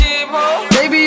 Baby